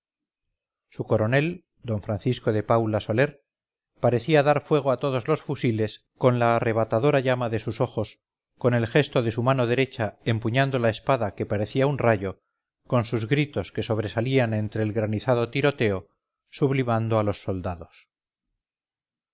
su coronel d francisco de paula soler parecía dar fuego a todos los fusiles con la arrebatadora llama de sus ojos con el gesto de su mano derecha empuñando la espada que parecía un rayo con sus gritos que sobresalían entre el granizado tiroteo sublimando a los soldados